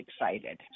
excited